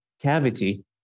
cavity